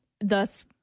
thus